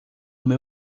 meu